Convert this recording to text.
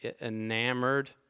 enamored